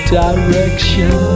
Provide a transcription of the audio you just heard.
direction